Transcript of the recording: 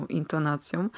intonacją